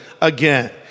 again